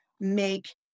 make